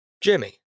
Jimmy